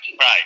right